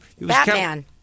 Batman